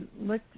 looked